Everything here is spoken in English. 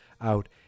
out